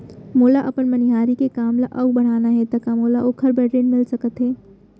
मोला अपन मनिहारी के काम ला अऊ बढ़ाना हे त का मोला ओखर बर ऋण मिलिस सकत हे?